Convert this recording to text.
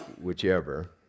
whichever